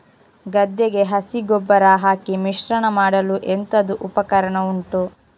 ಗದ್ದೆಗೆ ಹಸಿ ಗೊಬ್ಬರ ಹಾಕಿ ಮಿಶ್ರಣ ಮಾಡಲು ಎಂತದು ಉಪಕರಣ ಉಂಟು?